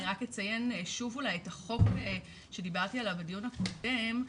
רק אציין שוב את החוק שדיברתי עליו בדיון הקודם,